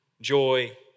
joy